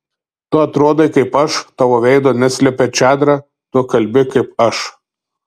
tu atrodai kaip aš tavo veido neslepia čadra tu kalbi kaip aš